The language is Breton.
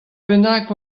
bennak